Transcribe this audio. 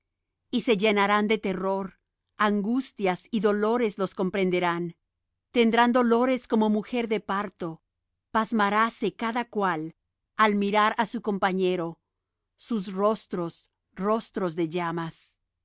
y se llenarán de terror angustias y dolores los comprenderán tendrán dolores como mujer de parto pasmaráse cada cual al mirar á su compañero sus rostros rostros de llamas